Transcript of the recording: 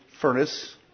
furnace